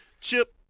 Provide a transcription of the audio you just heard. Chip